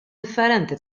differenti